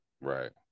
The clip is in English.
Right